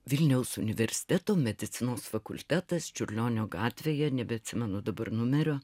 vilniaus universiteto medicinos fakultetas čiurlionio gatvėje nebeatsimenu dabar numerio